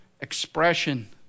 expression